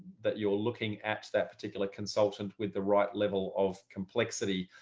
that you're looking at that particular consultant with the right level of complexity.